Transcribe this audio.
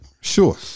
sure